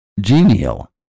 genial